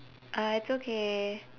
uh it's okay